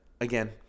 again